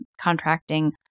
contracting